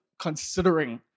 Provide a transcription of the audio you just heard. considering